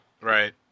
Right